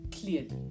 clearly